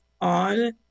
on